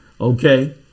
okay